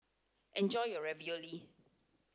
enjoy your Ravioli